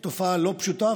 זו תופעה לא פשוטה,